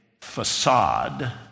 facade